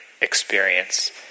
experience